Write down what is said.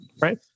right